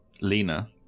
Lena